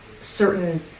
certain